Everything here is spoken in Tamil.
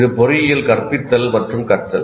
இது பொறியியல் கற்பித்தல் மற்றும் கற்றல்